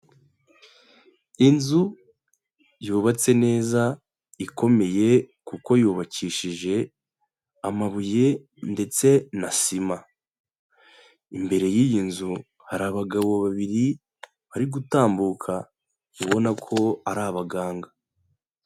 Inzu yubatse neza ikomeye kuko yubakishije amabuye ndetse na sima, imbere y'iyi nzu hari abagabo babiri bari gutambuka ubona ko ari abaganga.